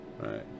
right